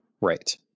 right